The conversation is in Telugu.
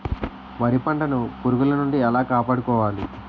వరి పంటను పురుగుల నుండి ఎలా కాపాడుకోవాలి?